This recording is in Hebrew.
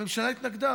הממשלה התנגדה,